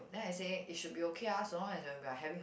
then I said it should be okay ah so long as when we are having a